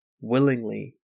willingly